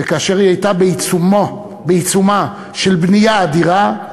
וכאשר היא הייתה בעיצומה של בנייה אדירה,